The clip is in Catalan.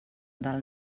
del